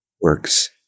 works